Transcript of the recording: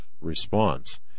response